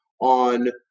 on